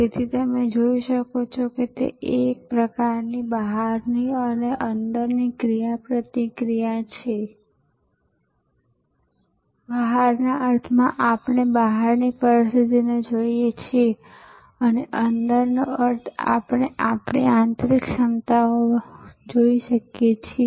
તેથી તમે જોઈ શકો છો કે તે એક પ્રકારની બહારની અને અંદરની ક્રિયાપ્રતિક્રિયા પ્રક્રિયા છે બહારના અર્થમાં આપણે બહારની પરિસ્થિતિને જોઈએ છીએ અને અંદરનો અર્થ આપણે આપણી આંતરિક ક્ષમતાઓ વગેરે જોઈએ છીએ